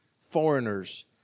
foreigners